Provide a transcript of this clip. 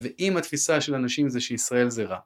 ואם התפיסה של אנשים זה שישראל זה רע